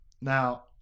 Now